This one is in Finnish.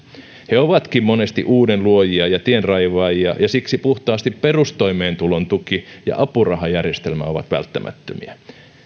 he ovatkin monesti uuden luojia ja tienraivaajia ja siksi puhtaasti perustoimeentulon tuki ja apurahajärjestelmä ovat välttämättömiä